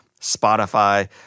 Spotify